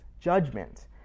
judgment